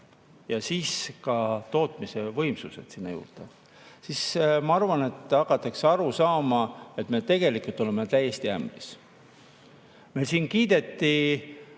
ja siis ka tootmisvõimsused sinna juurde. Ma arvan, et siis hakatakse aru saama, et me tegelikult oleme täiesti ämbris. Meil siin kiideti